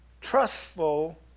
trustful